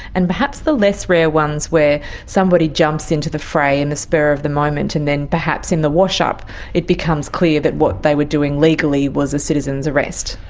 and perhaps the less rare ones where somebody jumps into the fray in the spur of the moment and perhaps in the wash-up it becomes clear that what they were doing legally was a citizen's arrest.